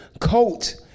coat